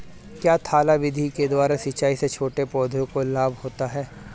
क्या थाला विधि के द्वारा सिंचाई से छोटे पौधों को लाभ होता है?